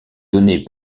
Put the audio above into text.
donnée